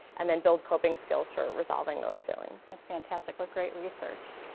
and then build coping skills for resolving those feelings. that's fantastic, like great research.